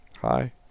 hi